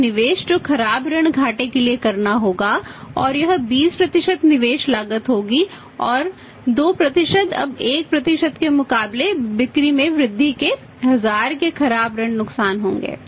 तो निवेश जो खराब ऋण घाटे के लिए करना होगा और यह 20 निवेश लागत होगी और 2 अब 1 के मुकाबले बिक्री में वृद्धि के 1000 के खराब ऋण नुकसान होंगे